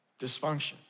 dysfunction